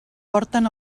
porten